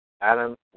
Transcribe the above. Adam